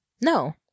no